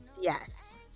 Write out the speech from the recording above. yes